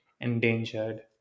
endangered